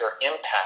impact